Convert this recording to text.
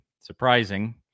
surprising